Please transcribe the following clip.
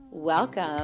Welcome